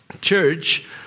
church